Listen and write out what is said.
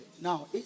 now